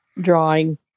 drawing